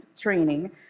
training